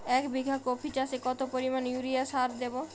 এক বিঘা কপি চাষে কত পরিমাণ ইউরিয়া সার দেবো?